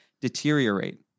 deteriorate